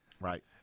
Right